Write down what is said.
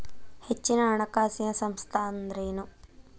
ಹೆಚ್ಚಿನ ಹಣಕಾಸಿನ ಸಂಸ್ಥಾ ಅಂದ್ರೇನು?